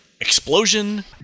explosion